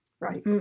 Right